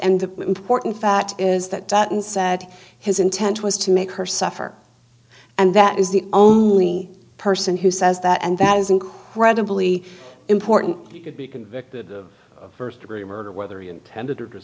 and important fact is that that inside his intent was to make her suffer and that is the only person who says that and that is incredibly important he could be convicted of first degree murder whether he intended